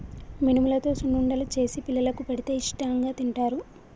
మినుములతో సున్నుండలు చేసి పిల్లలకు పెడితే ఇష్టాంగా తింటారు